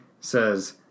says